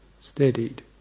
steadied